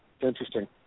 interesting